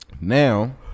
Now